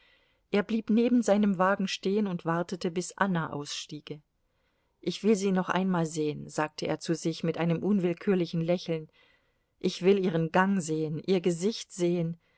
er blieb neben seinem wagen stehen und wartete bis anna ausstiege ich will sie noch einmal sehen sagte er zu sich mit einem unwillkürlichen lächeln ich will ihren gang sehen ihr gesicht sehen